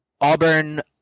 auburn